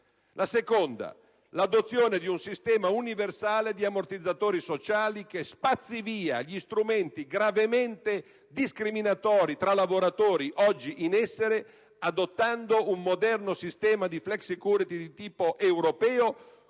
La seconda: l'adozione di un sistema universale di ammortizzatori sociali che spazzi via gli strumenti gravemente discriminatori tra lavoratori oggi in essere, adottando un moderno sistema di *flex security* di tipo europeo,